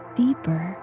deeper